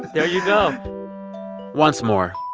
there you go once more,